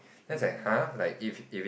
then I was like !huh! like if if it